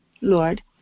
Lord